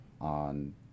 on